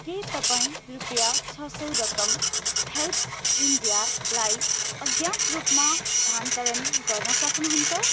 के तपाईँ रुपियाँ छ सौ रकम हेल्प्स इन्डियालाई अज्ञात रूपमा स्थानान्तरण गर्न सक्नुहुन्छ